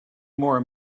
more